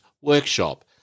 workshop